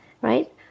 right